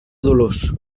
dolors